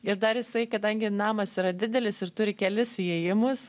ir dar jisai kadangi namas yra didelis ir turi kelis įėjimus